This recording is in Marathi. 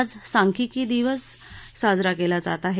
आज सांख्यिकी दिन साजरा केला जात आहे